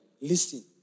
Listen